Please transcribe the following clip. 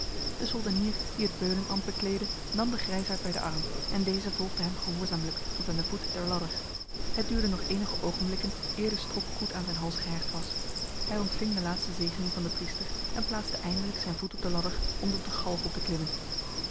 de soldenier die het beulenambt bekleedde nam de grijsaard bij de arm en deze volgde hem gehoorzaamlijk tot aan de voet der ladder het duurde nog enige ogenblikken eer de strop goed aan zijn hals gehecht was hij ontving de laatste zegening van de priester en plaatste eindelijk zijn voet op de ladder om tot de galg op te klimmen